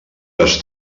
les